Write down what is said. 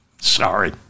Sorry